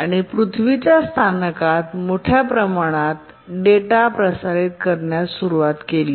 आणि पृथ्वीच्या स्थानकात मोठ्या प्रमाणात डेटा प्रसारित करण्यास सुरवात केली